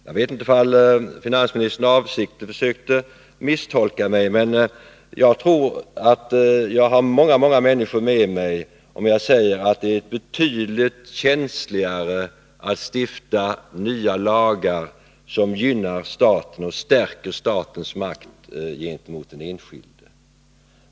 Jag vet inte om finansministern avsiktligt försökte vantolka mig, men jag tror mig ha många människor med mig när jag säger att det är betydligt känsligare att stifta nya lagar som gynnar staten och stärker dess makt gentemot den enskilde.